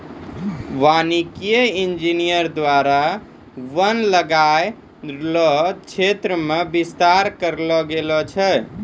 वानिकी इंजीनियर द्वारा वन लगाय रो क्षेत्र मे बिस्तार करलो गेलो छै